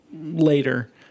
later